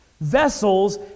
Vessels